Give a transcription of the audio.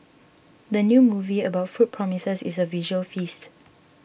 the new movie about food promises a visual feast